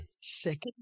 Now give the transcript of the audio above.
second